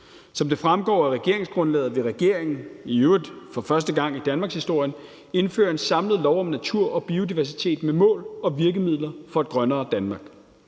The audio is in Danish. Som det fremgår af regeringsgrundlaget, vil regeringen, i øvrigt for første gang i danmarkshistorien, indføre en samlet lov om natur og biodiversitet med mål og virkemidler for et grønnere Danmark.